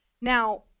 Now